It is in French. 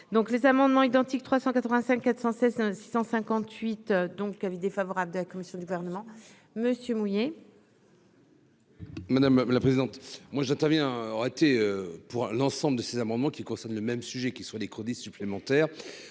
donc les amendements identiques 385 416 658 donc avis défavorable de la commission du gouvernement Monsieur Mounier. Madame la présidente, moi j'interviens aurait été pour l'ensemble de ces amendements, qui concerne le même sujet, qui soient des crédits supplémentaires,